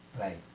Right